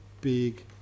big